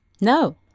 no